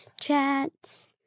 chats